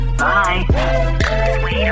bye